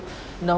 know